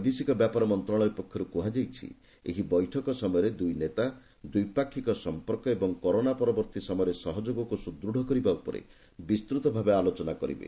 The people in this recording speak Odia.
ବୈଦେଶିକ ବ୍ୟାପାର ମନ୍ତ୍ରଣାଳୟ ପକ୍ଷରୁ କୁହାଯାଇଛି ଏହି ବୈଠକ ସମୟରେ ଦୁଇ ନେତା ଦ୍ୱିପାକ୍ଷିକ ସମ୍ପର୍କ ଓ କରୋନା ପରବର୍ତ୍ତୀ ସମୟରେ ଦୁଇଦେଶ ମଧ୍ୟରେ ସହଯୋଗକୁ ସୁଦୁତ୍ କରିବା ଉପରେ ବିସ୍ତୁତଭାବେ ଆଲୋଚନା କରିବେ